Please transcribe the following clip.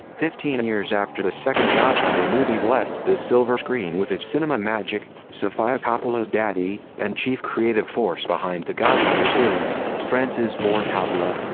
fifteen and years after the second godfather movie blessed the silver screen with its cinema magic, sofia coppola's daddy, and chief creative force behind the godfather series, frances ford coppola,